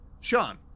Sean